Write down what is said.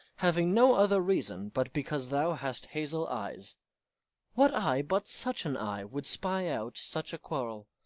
having no other reason but because thou hast hazel eyes what eye but such an eye would spy out such a quarrel?